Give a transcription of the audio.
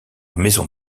maison